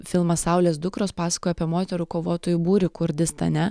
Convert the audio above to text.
filmas saulės dukros pasakoja apie moterų kovotojų būrį kurdistane